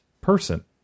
person